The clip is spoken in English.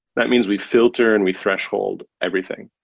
that means we filter and we threshold everything.